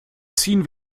ziehen